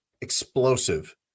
explosive